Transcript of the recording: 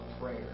prayer